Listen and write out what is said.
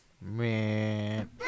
Man